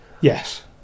Yes